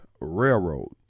railroad